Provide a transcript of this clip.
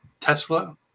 Tesla